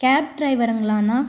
gap டிரைவருங்களா அண்ணா